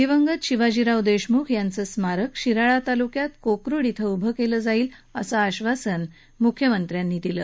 दिवंगत शिवाजीराव देशमुख यांचं स्मारक शिराळा तालुक्यात कोकरुड इथं उभं केलं जाईल असं आश्वासन मुख्यमंत्र्यांनी यावेळी दिलं